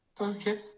Okay